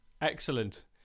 Excellent